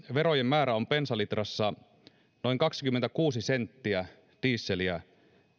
verojen määrä on bensalitrassa noin kaksikymmentäkuusi senttiä dieseliä